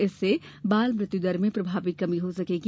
इससे बाल मृत्यु दर में प्रभावी कमी हो सकेगी